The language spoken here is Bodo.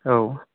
औ